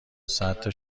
صدتا